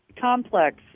complex